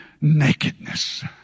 nakedness